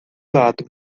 lado